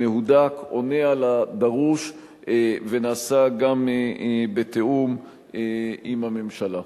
מהודק, עונה על הדרוש, ונעשה גם בתיאום עם הממשלה.